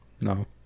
no